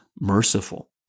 merciful